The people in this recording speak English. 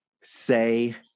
say